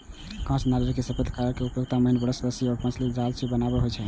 कांच नारियल केर सफेद कॉयर के उपयोग महीन ब्रश, रस्सी, मछलीक जाल बनाबै मे होइ छै